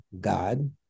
God